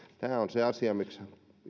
tämä on se asia miksi